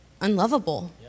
unlovable